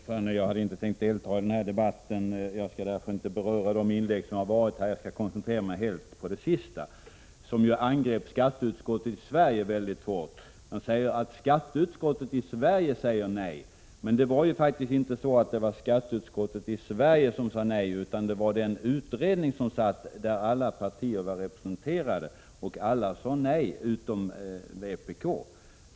Herr talman! Jag hade inte tänkt delta i denna debatt och skall därför inte beröra alla inlägg utan koncentrera mig helt på det sista, där ju skatteutskottet i Sverige angreps mycket hårt. Alf Svensson påstod att skatteutskottet i Sverige sade nej. Men det var faktiskt inte så, att skatteutskottet i Sverige sade nej utan den utredning där alla partier var representerade. Representanterna för alla partier utom vpk sade nej.